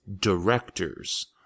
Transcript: directors